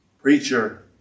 preacher